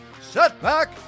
Setback